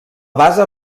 base